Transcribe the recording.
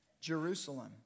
Jerusalem